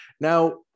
Now